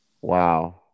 Wow